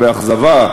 באכזבה,